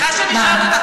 סליחה שאני שואלת אותך,